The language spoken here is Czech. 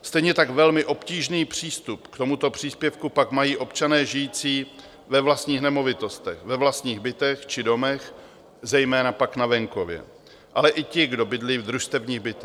Stejně tak velmi obtížný přístup k tomuto příspěvku pak mají občané žijící ve vlastních nemovitostech, ve vlastních bytech či domech, zejména pak na venkově, ale i ti, kdo bydlí v družstevních bytech.